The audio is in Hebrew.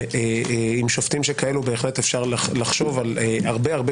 עם שופטים כאלו בהחלט אפשר לחשוב על הרבה-הרבה